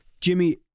Jimmy